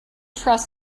trust